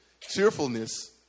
cheerfulness